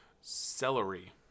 Celery